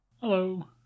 Hello